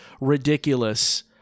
ridiculous